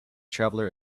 traveller